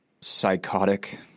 psychotic